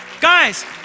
guys